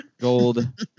gold